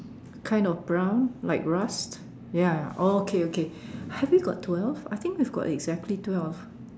kind of brown like rust ya ya okay okay have you got twelve I think that's got exactly two else